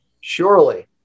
Surely